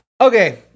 Okay